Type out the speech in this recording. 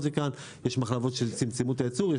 יש מחלבות שצמצמו את הייצור,